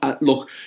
Look